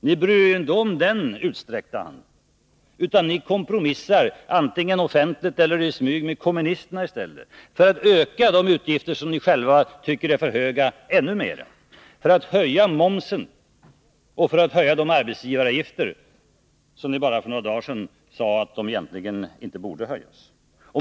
Ni bryr er inte om den utsträckta handen, utan ni kompromissar i stället — offentligt eller i smyg — med kommunisterna för att ännu mer öka de utgifter som ni själva tycker är för höga, för att höja momsen och för att höja arbetsgivaravgiften, som ni bara för några dagar sedan sade egentligen inte borde höjas.